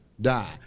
Die